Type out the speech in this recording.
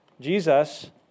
Jesus